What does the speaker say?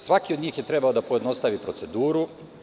Svaki od njih je trebalo da pojednostavi proceduru.